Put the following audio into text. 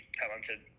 talented